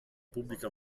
pubblica